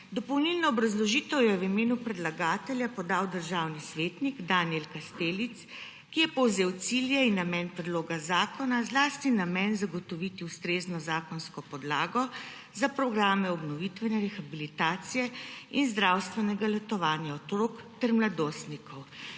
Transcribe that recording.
Dopolnilno obrazložitev je v imenu predlagatelja podal državni svetnik Danijel Kastelic, ki je povzel cilje in namen predloga zakona, zlasti namen zagotoviti ustrezno zakonsko podlago za programe obnovitvene rehabilitacije in zdravstvenega letovanja otrok ter mladostnikov.